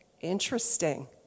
Interesting